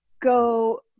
go